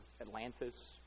Atlantis